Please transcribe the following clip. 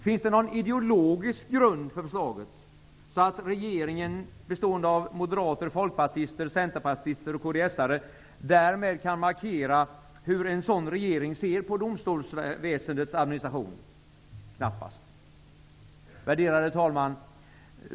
Finns det någon ideologisk grund för förslaget, så att regeringen -- bestående av moderater, folkpartister, centerpartister och kds:are -- därmed kan markera hur en sådan regering ser på domstolsväsendets administration? Knappast. Värderade talman!